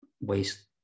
waste